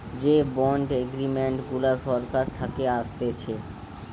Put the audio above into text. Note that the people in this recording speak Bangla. যে বন্ড এগ্রিমেন্ট গুলা সরকার থাকে আসতেছে